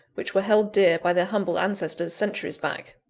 which were held dear by their humble ancestors, centuries back.